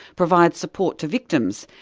provide support to victims,